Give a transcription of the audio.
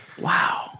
wow